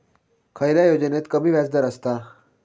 खयल्या योजनेत कमी व्याजदर असता?